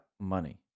money